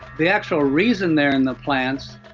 the actual reason there in the plants,